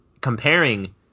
comparing